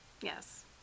Yes